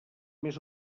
més